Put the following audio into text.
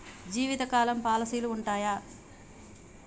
జీవితకాలం పాలసీలు ఉంటయా?